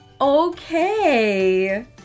okay